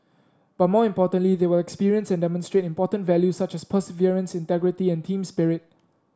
but more importantly they will experience and demonstrate important values such as perseverance integrity and team spirit